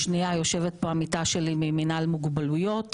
השנייה, יושבת עמיתה ממינהל מוגבלויות,